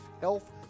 health